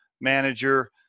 manager